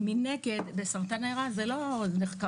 מנגד, בסרטן הריאה זה לא נחקר.